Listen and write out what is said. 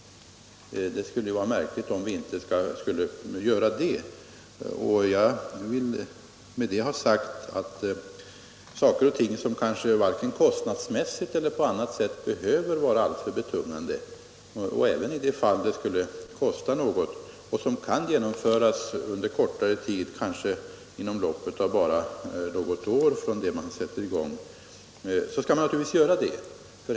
Det skulle vara märkligt om vi inte skulle göra det. Jag vill med det ha sagt att sådant som varken kostnadsmässigt eller på annat sätt är alltför betungande — och kanske även sådant som kostar en del — och som kan genomföras på kort tid, måhända inom loppet av bara något år från det man sätter i gång, naturligtvis skall göras.